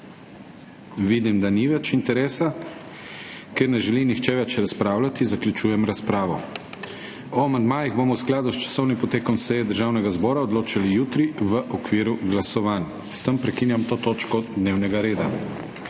Vidim, da ni več interesa. Ker ne želi nihče več razpravljati, zaključujem razpravo. O amandmajih bomo v skladu s časovnim potekom seje Državnega zbora odločali jutri v okviru glasovanj. S tem prekinjam to točko dnevnega reda.